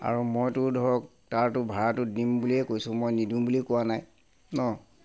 আৰু মইতো ধৰক তাৰতো ভাড়াটো দিম বুলিয়ে কৈছোঁ মই নিদিম বুলি কোৱা নাই ন